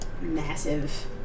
massive